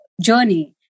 journey